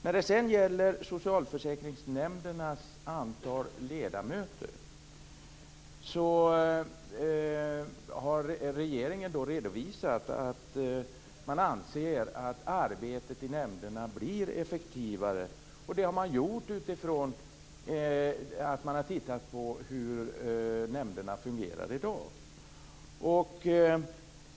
När det gäller antalet ledamöter i socialförsäkringsnämnderna kan jag peka på att regeringen har redovisat att man anser att arbetet i nämnderna blir effektivare; detta utifrån studier av hur nämnderna i dag fungerar.